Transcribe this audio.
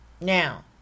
Now